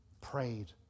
prayed